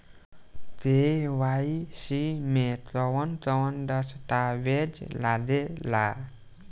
KYC में कवन कवन दस्तावेज लागे ला?